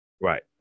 Right